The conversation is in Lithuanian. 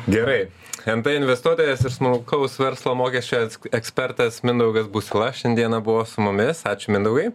gerai nt investuotojas ir smulkaus verslo mokesčio ekspertas mindaugas busila šiandieną buvo su mumis ačiū mindaugai